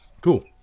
Cool